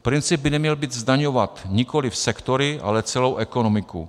Princip by neměl zdaňovat nikoliv sektory, ale celou ekonomiku.